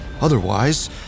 Otherwise